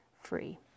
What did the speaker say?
free